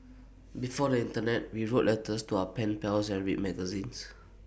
before the Internet we wrote letters to our pen pals and read magazines